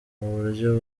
buryo